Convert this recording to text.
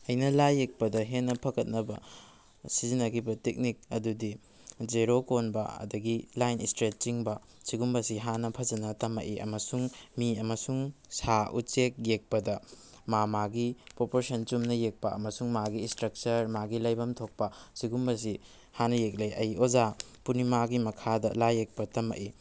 ꯑꯩꯅ ꯂꯥꯏ ꯌꯦꯛꯄꯗ ꯍꯦꯟꯅ ꯐꯒꯠꯅꯕ ꯁꯤꯖꯤꯟꯅꯈꯤꯕ ꯇꯦꯛꯅꯤꯛ ꯑꯗꯨꯗꯤ ꯖꯦꯔꯣ ꯀꯣꯟꯕ ꯑꯗꯨꯗꯒꯤ ꯂꯥꯏꯟ ꯁꯇꯔꯦꯠ ꯆꯤꯡꯕ ꯁꯤꯒꯨꯝꯕꯁꯤ ꯍꯥꯟꯅ ꯐꯖꯟꯅ ꯇꯝꯃꯛꯏ ꯑꯃꯁꯨꯡ ꯃꯤ ꯑꯃꯁꯨꯡ ꯁꯥ ꯎꯆꯦꯛ ꯌꯦꯛꯄꯗ ꯃꯥ ꯃꯥꯒꯤ ꯄꯔꯣꯄꯣꯁꯟ ꯆꯨꯝꯅ ꯌꯦꯛꯄ ꯑꯃꯁꯨꯡ ꯃꯥꯒꯤ ꯁ꯭ꯇꯔꯛꯆꯔ ꯃꯥꯒꯤ ꯂꯩꯐꯝ ꯊꯣꯛꯄ ꯁꯤꯒꯨꯝꯕꯁꯤ ꯍꯥꯟꯅ ꯌꯦꯛꯂꯛꯏ ꯑꯩꯒꯤ ꯑꯣꯖꯥ ꯄꯨꯔꯅꯤꯃꯒꯤ ꯃꯈꯥꯗ ꯂꯥꯏ ꯌꯦꯛꯄ ꯇꯝꯃꯛꯏ